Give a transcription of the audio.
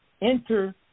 enter